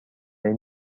این